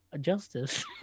Justice